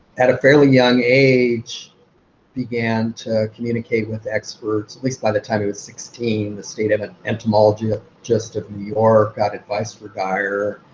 at a fairly young age began to communicate with experts, at least by the time he was sixteen, the state of entomology ah just of new york got advice for dyar.